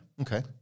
Okay